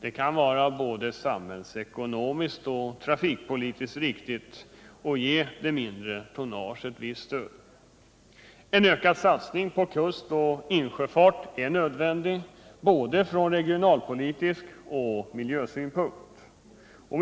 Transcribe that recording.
Det kan vara både samhällsekonomiskt och trafikpolitiskt riktigt att ge det mindre tonnaget ett visst stöd. En ökad satsning på kustoch insjöfart är nödvändig från både regionalpolitisk synpunkt och miljösynpunkt.